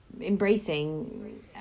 embracing